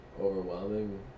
Overwhelming